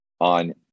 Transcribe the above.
on